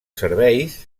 serveis